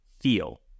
feel